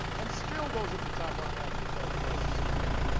and still those at the top aren't asked to sacrifice a single dime.